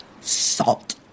Salt